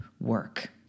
work